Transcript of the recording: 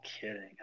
kidding